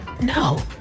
No